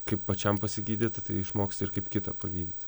kaip pačiam pasigydyt išmoksti ir kaip kitą pagydyt